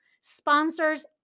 sponsors